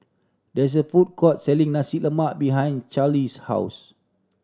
there is a food court selling Nasi Lemak behind Charlize's house